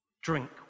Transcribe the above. Drink